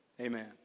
Amen